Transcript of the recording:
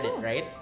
Right